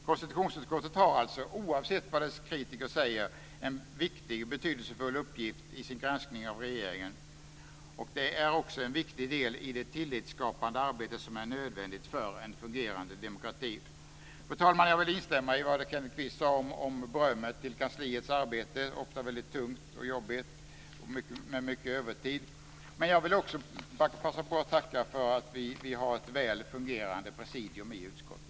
Konstitutionsutskottet har alltså - oavsett vad dess kritiker säger - en viktig och betydelsefull uppgift i sin granskning av regeringen. Det är också en viktig del i det tillitsskapande arbete som är nödvändigt för en fungerande demokrati. Fru talman! Jag vill instämma i Kenneth Kvists beröm av kansliets arbete. Det är ofta väldigt tungt och jobbigt, och med mycket övertid. Jag vill också passa på att tacka för att vi har ett väl fungerande presidium i utskottet.